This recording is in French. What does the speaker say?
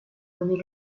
remet